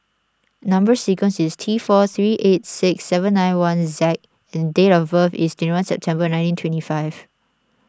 Number Sequence is T four three eight six seven nine one Z and date of birth is twenty one September nineteen twenty five